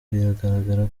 bigaragara